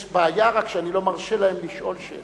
יש בעיה רק, שאני לא מרשה להם לשאול שאלות.